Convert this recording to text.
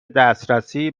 دسترسی